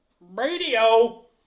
Radio